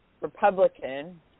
Republican